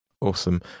awesome